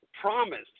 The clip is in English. promised